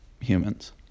humans